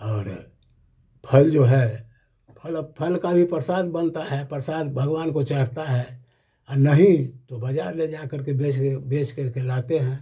और फल जो है फल अब फल का भी प्रसाद बनता है प्रसाद भगवान को चढ़ता है और नहीं तो बाज़ार ले जा कर के बेच कर बेच कर के लाते हैं